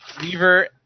Weaver